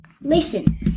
Listen